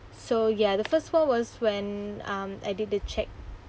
so ya the first one was when um I did the check